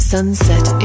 Sunset